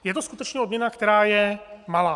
Je to skutečně odměna, která je malá.